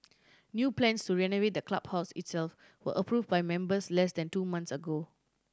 new plans to renovate the clubhouse itself were approve by members less than two months ago